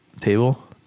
table